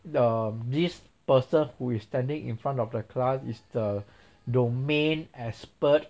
um this person who is standing in front of the class is the domain expert